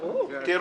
חברים, כדי